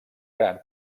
gran